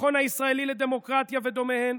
המכון הישראלי לדמוקרטיה ודומיו?